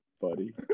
buddy